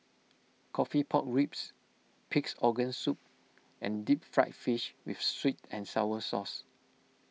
Coffee Pork Ribs Pig's Organ Soup and Deep Fried Fish with Sweet and Sour Sauce